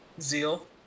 Zeal